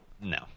No